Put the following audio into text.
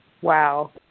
Wow